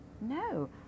no